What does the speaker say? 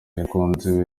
n’umukunzi